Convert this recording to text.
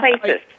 places